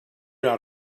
out